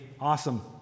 awesome